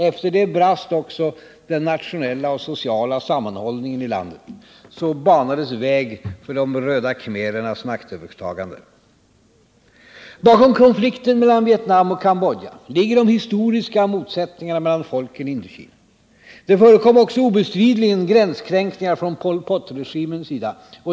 Efter det brast också den nationella och sociala sammanhållningen i landet. Så banades väg för de röda khmerernas maktövertagande. Bakom konflikten mellan Vietnam och Cambodja ligger de historiska motsättningarna mellan folken i Indokina. Det förekom obestridligen gränskränkningar från Pol Pot-regimens sida.